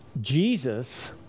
Jesus